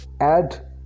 add